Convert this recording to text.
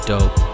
Dope